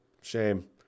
Shame